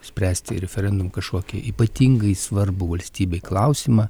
spręsti referendumu kažkokį ypatingai svarbų valstybei klausimą